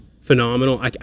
phenomenal